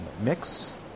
mix